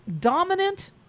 Dominant